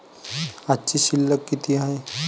आजची शिल्लक किती हाय?